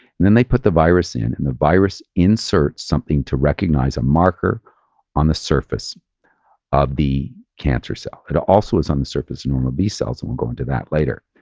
then they put the virus in and the virus inserts something to recognize a marker on the surface of the cancer cell. it and also is on the surface and um of b-cells, and we'll go into that later.